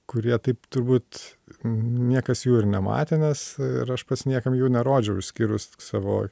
kurie taip turbūt niekas jų ir nematė nes ir aš pats niekam jų nerodžiau išskyrus savo